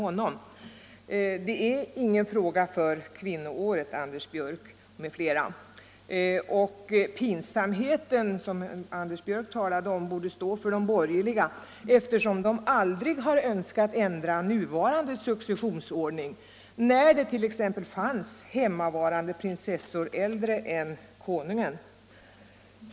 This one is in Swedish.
Detta är ingen fråga för kvinnoåret, Anders Björck m.fl. Och pinsamheten som Anders Björck talade om borde gälla de borgerliga, eftersom de aldrig har önskat ändra nuvarande successionsordning när det t.ex. fanns hemmavarande prinsessor som var äldre än konungen.